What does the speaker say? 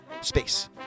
space